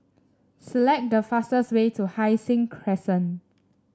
select the fastest way to Hai Sing Crescent